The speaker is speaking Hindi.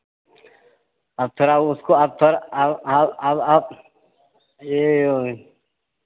अब थोड़ा उसको अब थोड़ा अब यह